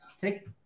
take